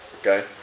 Okay